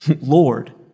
Lord